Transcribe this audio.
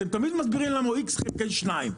אתם תמיד מסבירים למה הוא איקס חלקי שניים.